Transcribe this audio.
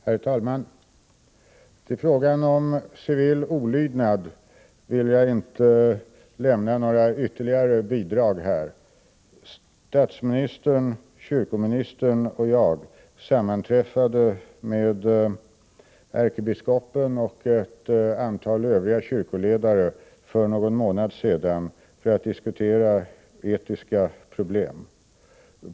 Herr talman! Till frågan om civil olydnad vill jag inte lämna några ytterligare bidrag. Statsministern, kyrkoministern och jag sammanträffade med ärkebiskopen och ett antal kyrkoledare för någon månad sedan för att diskutera etiska problem.